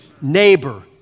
neighbor